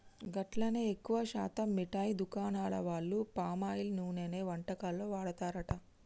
గట్లనే ఎక్కువ శాతం మిఠాయి దుకాణాల వాళ్లు పామాయిల్ నూనెనే వంటకాల్లో వాడతారట